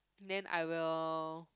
then I will